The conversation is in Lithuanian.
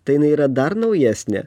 tai jinai yra dar naujesnė